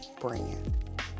brand